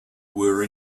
were